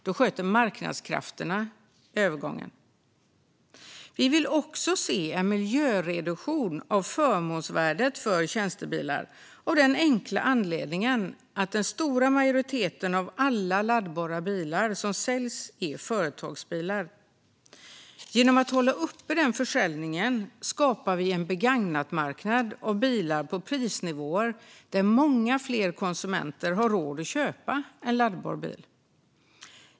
Då sköter marknadskrafterna övergången. Vi vill också se en miljöreduktion av förmånsvärdet för tjänstebilar av den enkla anledningen att den stora majoriteten av alla laddbara bilar som säljs är företagsbilar. Genom att hålla den försäljningen uppe skapar vi en begagnatmarknad av bilar på prisnivåer där många fler konsumenter har råd att köpa en laddbar bil.